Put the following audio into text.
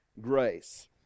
grace